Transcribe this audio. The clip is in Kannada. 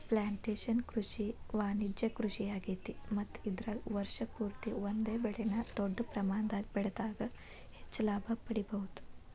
ಪ್ಲಾಂಟೇಷನ್ ಕೃಷಿ ವಾಣಿಜ್ಯ ಕೃಷಿಯಾಗೇತಿ ಮತ್ತ ಇದರಾಗ ವರ್ಷ ಪೂರ್ತಿ ಒಂದೇ ಬೆಳೆನ ದೊಡ್ಡ ಪ್ರಮಾಣದಾಗ ಬೆಳದಾಗ ಹೆಚ್ಚ ಲಾಭ ಪಡಿಬಹುದ